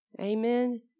Amen